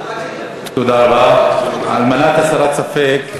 למען הסר ספק,